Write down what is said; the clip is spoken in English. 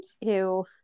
ew